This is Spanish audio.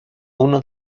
uno